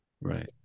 Right